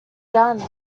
done